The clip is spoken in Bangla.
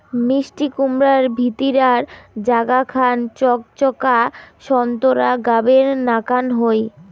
মিষ্টিকুমড়ার ভিতিরার জাগা খান চকচকা সোন্তোরা গাবের নাকান হই